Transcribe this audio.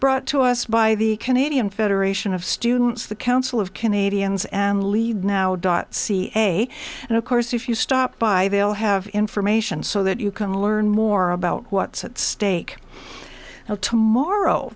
brought to us by the canadian federation of students the council of canadians and lead now dot ca and of course if you stop by they'll have information so that you can learn more about what's at stake tomorrow